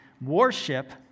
warship